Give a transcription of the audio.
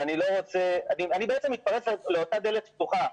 אני בעצם מתפרץ לאותה דלת פתוחה.